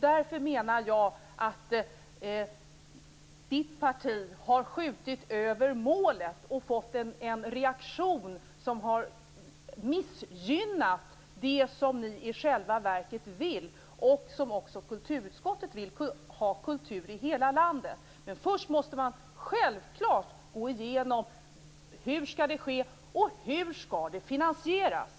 Därför menar jag att Papadopoulos parti har skjutit över målet och fått en reaktion som har missgynnat det som ni i själva verket vill och som också kulturutskottet vill, att ha kultur i hela landet. Men först måste man självklart gå igenom hur det skall ske och hur det skall finansieras.